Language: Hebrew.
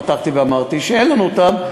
פתחתי ואמרתי שאין לנו אותם.